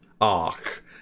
arc